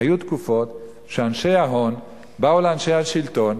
היו תקופות שאנשי ההון באו לאנשי השלטון